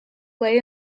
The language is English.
lay